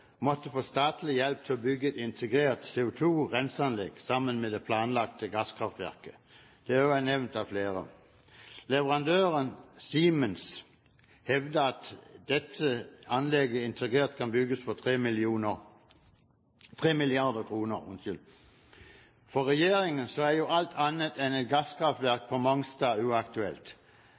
måtte få statlig hjelp til å bygge et integrert CO2-renseanlegg sammen med det planlagte gasskraftverket. Det er også nevnt av flere. Leverandøren, Siemens, hevder at et integrert anlegg kan bygges for 3 mrd. kr. For regjeringen er alt annet enn gasskraftverk på Mongstad uaktuelt,